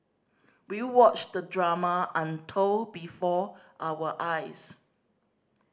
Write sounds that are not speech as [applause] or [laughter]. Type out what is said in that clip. we watched the drama [unintelligible] before our eyes